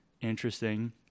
Interesting